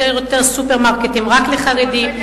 יותר ויותר סופרמרקטים רק לחרדים,